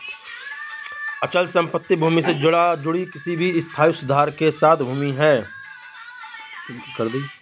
अचल संपत्ति भूमि से जुड़ी किसी भी स्थायी सुधार के साथ भूमि है